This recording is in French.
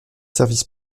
service